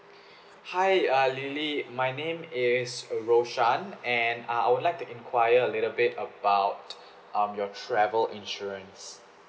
hi uh lily my name is roshan and uh I would like to enquire a little bit about um your travel insurance